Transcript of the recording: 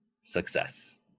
success